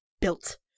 built